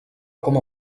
com